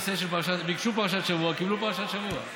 ביקשו פרשת השבוע, קיבלו פרשת השבוע.